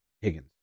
Higgins